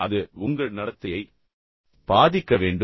அது உங்கள் நடத்தையை பாதிக்க வேண்டும்